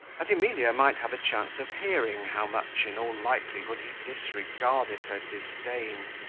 that emilia might have a chance of hearing how much, in all likelihood, he disregarded her disdain.